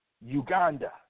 Uganda